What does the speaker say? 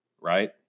Right